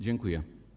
Dziękuję.